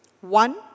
One